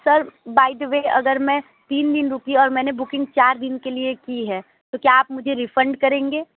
sir by the way अगर मैं तीन दिन रुकी और मैंने बुकिंग चार दिन के लिए की है तो क्या आप मुझे रिफंड करेंगे